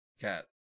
cat